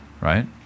right